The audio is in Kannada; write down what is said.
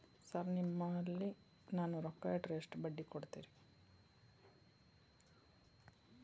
ಸರ್ ನಾನು ನಿಮ್ಮಲ್ಲಿ ರೊಕ್ಕ ಇಟ್ಟರ ಎಷ್ಟು ಬಡ್ಡಿ ಕೊಡುತೇರಾ?